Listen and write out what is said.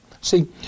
See